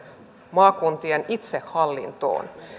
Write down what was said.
maakuntien itsehallintoon